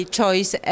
choice